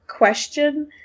question